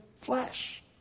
flesh